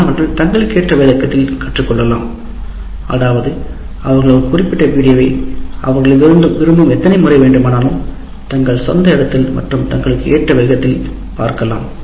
மாணவர்கள் தங்களுக்கேற்ற வேகத்தில் கற்றுக்கொள்ளலாம் அதாவது அவர்கள் ஒரு குறிப்பிட்ட வீடியோவைப் அவர்கள் விரும்பும் எத்தனை முறை வேண்டுமானாலும் தங்கள் சொந்த இடத்தில் மற்றும் தங்களுக்கு ஏற்ற வேகத்திலும் பார்க்கலாம்